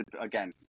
Again